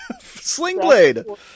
Slingblade